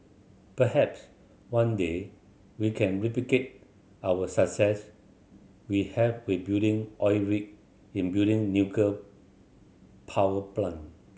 perhaps one day we can replicate our success we have with building oil rig in building nuclear power plant